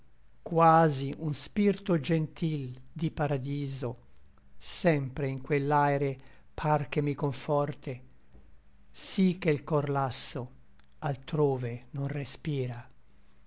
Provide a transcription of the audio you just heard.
quasi un spirto gentil di paradiso sempre in quell'aere par che mi conforte sí che l cor lasso altrove non respira